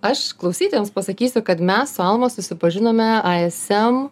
aš klausytojams pasakysiu kad mes su alma susipažinome ism